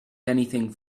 anything